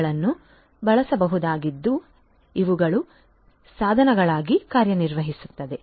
ಇವುಗಳನ್ನು ಬಳಸಬಹುದಾಗಿದ್ದು ಇವುಗಳು ಸಾಧನಗಳಾಗಿ ಕಾರ್ಯನಿರ್ವಹಿಸುತ್ತವೆ